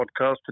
podcast